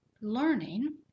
learning